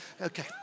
okay